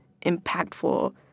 impactful